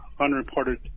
unreported